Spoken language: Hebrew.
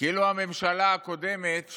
כאילו הממשלה הקודמת,